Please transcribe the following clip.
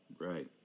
Right